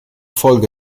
folge